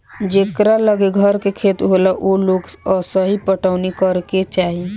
जेकरा लगे घर के खेत होला ओ लोग के असही पटवनी करे के चाही